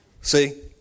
See